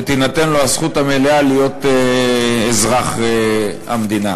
שתינתן לו הזכות המלאה להיות אזרח המדינה.